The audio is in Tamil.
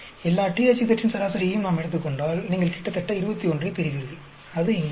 எல்லா THZ இன் சராசரியையும் நாம் எடுத்துக் கொண்டால் நீங்கள் கிட்டத்தட்ட 21 ஐ பெறுவீர்கள் அது இங்கே